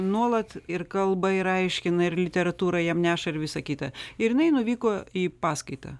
nuolat ir kalba ir aiškina ir literatūrą jam neša ir visą kitą ir jinai nuvyko į paskaitą